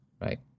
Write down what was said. right